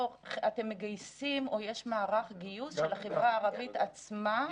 או יש מערך גיוס של החברה הערבית עצמה?